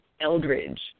Eldridge